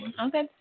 Okay